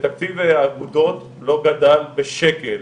שתקציב האגודות לא גדל בשקל.